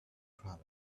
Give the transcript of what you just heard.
travel